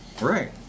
Right